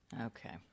Okay